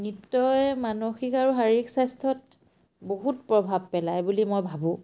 নৃত্যই মানসিক আৰু শাৰীৰিক স্বাস্থ্যত বহুত প্ৰভাৱ পেলায় বুলি মই ভাবোঁ